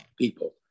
people